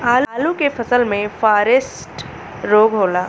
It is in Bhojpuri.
आलू के फसल मे फारेस्ट रोग होला?